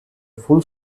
full